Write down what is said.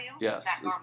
Yes